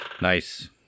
Nice